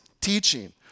teaching